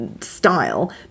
style